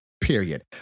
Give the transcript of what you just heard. period